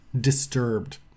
disturbed